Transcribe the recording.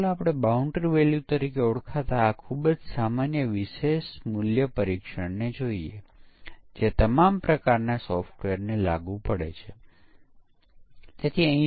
સોફ્ટવેરનો વિકાસ પૂર્ણ થયા પછી તેમાં પરિવર્તન થાય છે દરેક સોફ્ટવેર ફેરફારમાંથી પસાર થાય છે